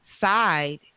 side